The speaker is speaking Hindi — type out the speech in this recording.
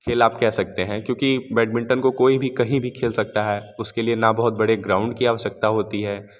खेल आप कह सकते हैं क्योंकि बैडमिंटन को कोई भी कहीं भी खेल सकता है उसके लिए ना बहुत बड़े ग्राउंड की आवश्यकता होती है